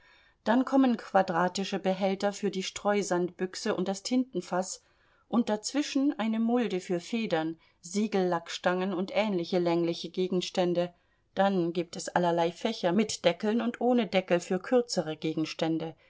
dann kommen quadratische behälter für die streusandbüchse und das tintenfaß und dazwischen eine mulde für federn siegellackstangen und ähnliche längliche gegenstände dann gibt es allerlei fächer mit deckeln und ohne deckel für kürzere gegenstände